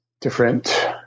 different